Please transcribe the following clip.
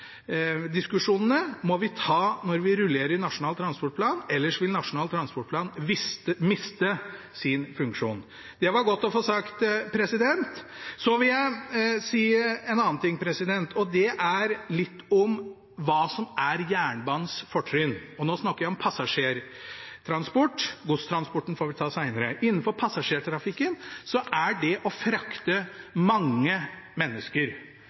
samferdselsdiskusjonene må vi ta ved rullering av Nasjonal transportplan, ellers vil Nasjonal transportplan miste sin funksjon. Det var det godt å få sagt! Så vil jeg si en annen ting, og det er litt om hva som er jernbanens fortrinn – og nå snakker jeg om passasjertransport; godstransporten får vi ta senere. I passasjertrafikken handler det om å frakte mange mennesker,